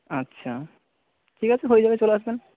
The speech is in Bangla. আচ্ছা ঠিক আছে হয়ে যাবে চলে আসবেন